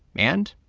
and.